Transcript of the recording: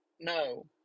no